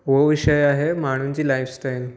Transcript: उहो विषय आहे माण्हुनि जी लाइफ़ स्टाइल